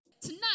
Tonight